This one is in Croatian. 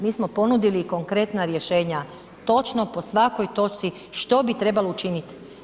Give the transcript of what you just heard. Mi smo ponudili konkretna rješenja točno po svakoj točci što bi trebalo učiniti.